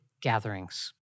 gatherings